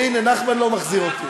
והנה, נחמן לא מחזיר אותי.